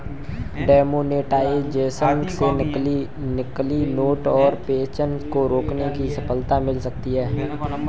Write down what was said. demonetisation से नकली note के प्रचलन को रोकने में सफलता मिल सकती है